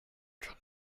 and